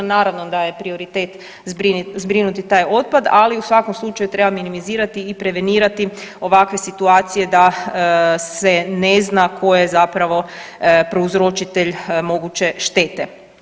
Naravno da je prioritet zbrinuti taj otpad ali u svakom slučaju treba minimizirati i prevenirati ovakve situacije da se ne zna tko je zapravo prouzročitelj moguće štete.